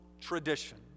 tradition